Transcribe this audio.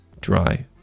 dry